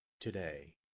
today